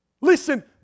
Listen